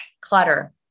clutter